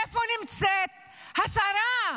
איפה נמצאת השרה,